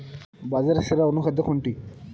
বাজারে সেরা অনুখাদ্য কোনটি?